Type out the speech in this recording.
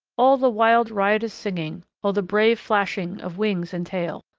all the wild riotous singing, all the brave flashing of wings and tail,